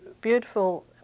beautiful